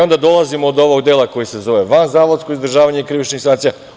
Onda dolazimo do ovog dela koji se zove vanzavodsko izdržavanje krivičnih sankcija.